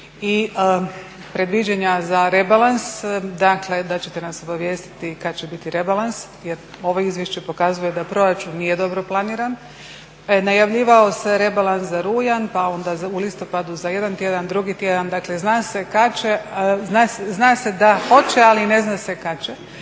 i predviđanja za rebalans, dakle da ćete nas obavijestiti kad će biti rebalans. Jer ovo izvješće pokazuje da proračun nije dobro planiran. Najavljivao se rebalans za rujan pa onda u listopadu za jedan tjedan, drugi tjedan, dakle zna se da hoće ali ne zna se kad će.